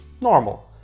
normal